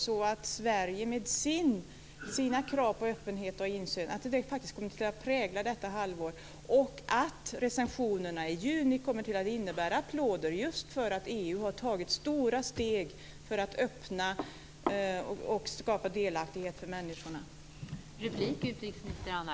Kommer Sveriges krav på öppenhet och insyn att faktiskt kunna prägla detta halvår? Kommer recensionerna i juni att innebära applåder för att EU har tagit stora steg för att öppna och skapa delaktighet för människorna?